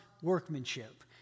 Workmanship